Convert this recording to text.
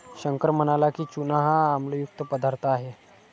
शंकर म्हणाला की, चूना हा आम्लयुक्त पदार्थ आहे